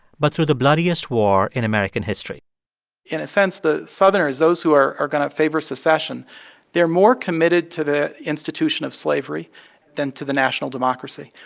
but through the bloodiest war in american history in a sense, the southerners those who are are going to favor secession they're more committed to the institution of slavery than to the national democracy.